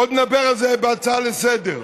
עוד נדבר על זה בהצעה לסדר-היום.